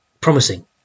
promising